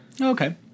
Okay